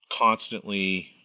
constantly